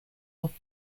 off